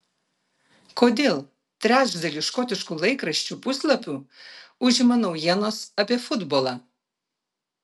kodėl trečdalį škotiškų laikraščių puslapių užima naujienos apie futbolą